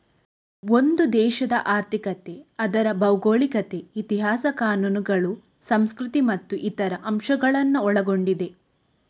ಒಂದು ದೇಶದ ಆರ್ಥಿಕತೆ ಅದರ ಭೌಗೋಳಿಕತೆ, ಇತಿಹಾಸ, ಕಾನೂನುಗಳು, ಸಂಸ್ಕೃತಿ ಮತ್ತು ಇತರ ಅಂಶಗಳನ್ನ ಒಳಗೊಂಡಿದೆ